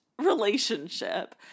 relationship